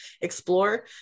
explore